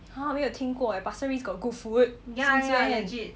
!huh! 我没有听过 eh pasir ris got good food since when